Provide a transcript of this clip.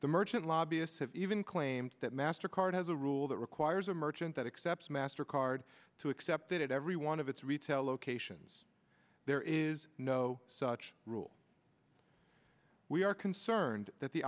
the merchant lobbyists have even claimed that master card has a rule that requires a merchant that accepts master card to accept it at every one of its retail locations there is no such rule we are concerned that the